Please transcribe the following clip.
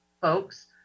folks